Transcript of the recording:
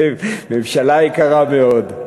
אתם ממשלה יקרה מאוד.